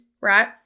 right